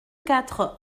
quatre